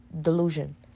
delusion